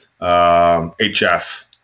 HF